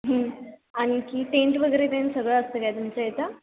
हं आणखी टेंट वगैरे तें सगळं असतं काय तुमच्या इथं